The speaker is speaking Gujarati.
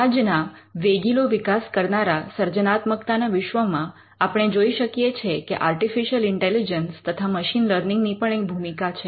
આજના વેગીલો વિકાસ કરનારા સર્જનાત્મકતાના વિશ્વમાં આપણે જોઈ શકીએ છીએ કે આર્ટિફિશિયલ ઇન્ટેલિજન્સ તથા મશીન લર્નિંગ ની પણ એક ભૂમિકા છે